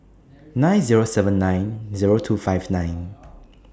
nine Zero seven nine Zero two five nine